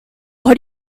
what